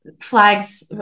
flags